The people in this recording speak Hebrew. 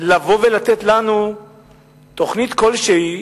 תבוא ותיתן לנו תוכנית כלשהי,